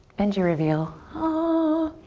benji reveal. ah!